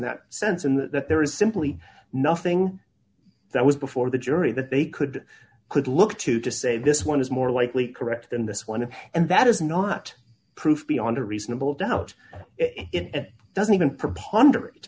that sense in that there is simply nothing that was before the jury that they could could look to to say this one is more likely correct than this one and that is not proof beyond a reasonable doubt it doesn't even